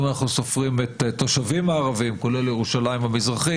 אם אנחנו סופרים את התושבים הערביים כולל ירושלים המזרחית